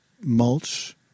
mulch